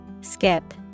Skip